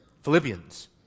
Philippians